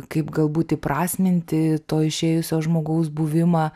kaip galbūt įprasminti to išėjusio žmogaus buvimą